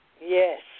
Yes